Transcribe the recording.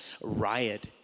riot